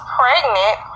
pregnant